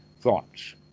thoughts